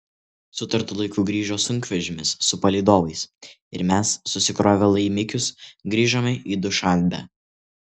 sutartu laiku grįžo sunkvežimis su palydovais ir mes susikrovę laimikius grįžome į dušanbę